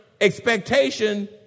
expectation